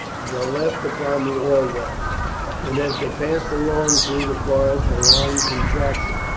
the left upon the orwell and as they passed along through the forest the line contracted.